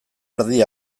erdi